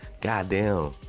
Goddamn